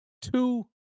Two